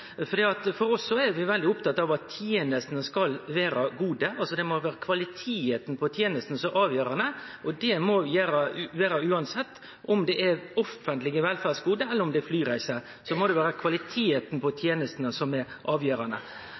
er veldig opptatt av at tenestene skal vere gode. Det må vere kvaliteten på tenestene som er avgjerande – slik må det vere. Om det gjeld offentlege velferdsgode, eller om det gjeld flyreiser, må det vere kvaliteten på tenestene som er avgjerande.